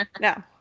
no